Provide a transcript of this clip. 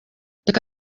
reka